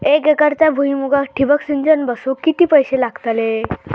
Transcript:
एक एकरच्या भुईमुगाक ठिबक सिंचन बसवूक किती पैशे लागतले?